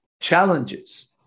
challenges